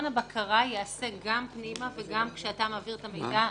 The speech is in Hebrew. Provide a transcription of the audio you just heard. הבקרה גם ייעשה פנימה וגם כשאתה מעביר את המידע החוצה.